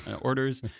orders